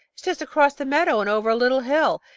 it's just across the meadow, and over a little hill.